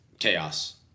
chaos